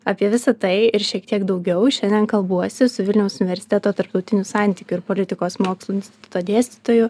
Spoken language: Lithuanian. apie visa tai ir šiek tiek daugiau šiandien kalbuosi su vilniaus universiteto tarptautinių santykių ir politikos mokslų instituto dėstytoju